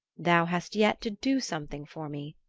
thou hast yet to do something for me.